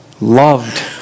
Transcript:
loved